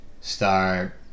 start